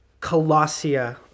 Colossia